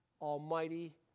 almighty